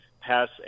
pass